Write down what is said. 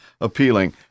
appealing